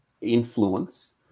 influence